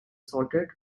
salted